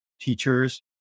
teachers